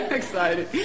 excited